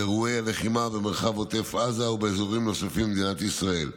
ואירועי הלחימה במרחב עוטף עזה ובאזורים נוספים במדינת ישראל.